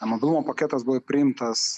mobilumo paketas buvo priimtas